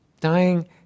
Dying